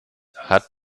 hat